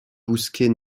bousquet